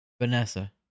Vanessa